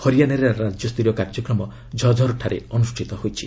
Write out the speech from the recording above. ହରିୟାନାରେ ରାଜ୍ୟସ୍ତରୀୟ କାର୍ଯ୍ୟକ୍ରମ ଝଝର୍ଠାରେ ଅନୁଷ୍ଠିତ ହୋଇଛି